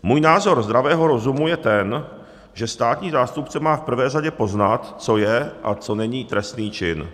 Můj názor zdravého rozumu je ten, že státní zástupce má v prvé řadě poznat, co je a co není trestný čin.